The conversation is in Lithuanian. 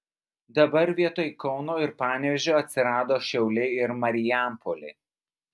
dabar vietoj kauno ir panevėžio atsirado šiauliai ir marijampolė